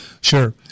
sure